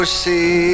see